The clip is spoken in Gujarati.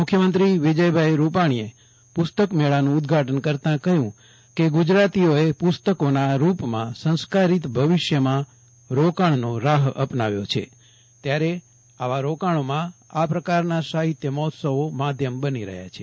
મુખ્યમંત્રી વિજય રૂપાર્ગીએ પુસ્તક મેળાનું ઉદ્દઘાટન કરતા કહ્યું કે ગુજરાતીઓએ પુસ્તકોના રૂપમાં સંસ્કારીત ભવિષ્યમાં રોકાણનો રાહ અપનાવ્યો છે ત્યારે આવા રોકાણમાં આ પ્રકારના સાહિત્ય મહોત્સવો સક્ષ્મ માધ્યમ બની રહ્યા છે